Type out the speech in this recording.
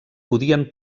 podien